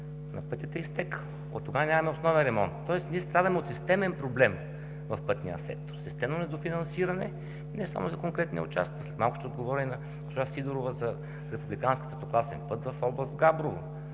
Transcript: на пътя е изтекъл. Оттогава нямаме основен ремонт, тоест ние страдаме от системен проблем в пътния сектор – системно недофинансиране, и не само за конкретния участък. След малко ще отговоря и на госпожа Сидорова за републикански третокласен път в област Габрово.